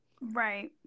Right